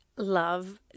love